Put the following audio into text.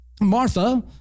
Martha